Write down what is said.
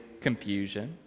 confusion